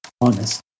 honest